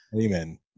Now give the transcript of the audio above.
Amen